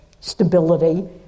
stability